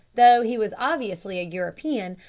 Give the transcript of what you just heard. though he was obviously a european,